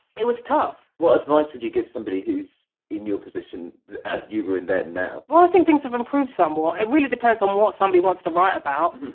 it was tough what advice would give somebody who's in your position as you were in then now? well i think things have improved somewhat, it really depends on what somebody wants to write about.